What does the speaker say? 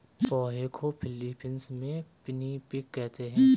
पोहे को फ़िलीपीन्स में पिनीपिग कहते हैं